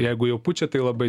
jeigu jau pučia tai labai